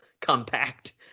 compact